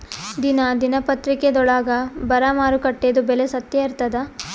ದಿನಾ ದಿನಪತ್ರಿಕಾದೊಳಾಗ ಬರಾ ಮಾರುಕಟ್ಟೆದು ಬೆಲೆ ಸತ್ಯ ಇರ್ತಾದಾ?